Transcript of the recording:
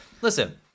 listen